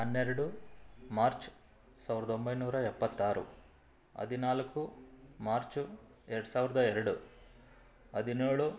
ಹನ್ನೆರಡು ಮಾರ್ಚ್ ಸಾವಿರದ ಒಂಬೈನೂರ ಎಪ್ಪತ್ತಾರು ಹದಿನಾಲ್ಕು ಮಾರ್ಚು ಎರಡು ಸಾವಿರದ ಎರಡು ಹದಿನೇಳು